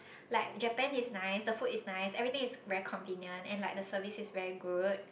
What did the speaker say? like Japan is nice the food is nice everything is very convenient and like the service is very good